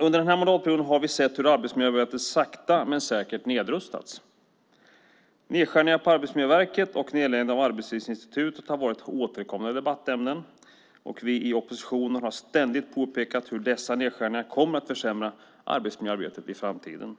Under den här mandatperioden har vi sett hur arbetsmiljöarbetet sakta men säkert nedrustats. Nedskärningarna på Arbetsmiljöverket och nedläggningen av Arbetslivsinstitutet har varit återkommande debattämnen. Vi i oppositionen har ständigt påpekat hur dessa nedskärningar kommer att försämra arbetsmiljöarbetet i framtiden.